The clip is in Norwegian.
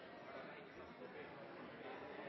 er ikkje